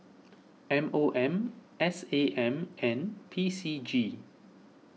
M O M S A M and P C G